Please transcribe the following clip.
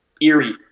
eerie